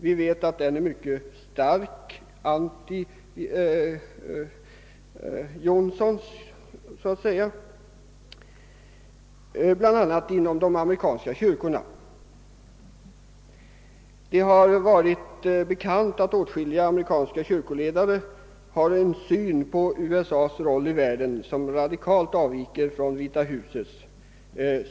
Vi vet att den är mycket starkt anti-Johnsonsk, bl.a. inom de amerikanska kyrkorna. Det har varit bekant att åtskilliga amerikanska kyrkoledare har en syn på USA:s roll i världen, som radikalt avviker från Vita husets.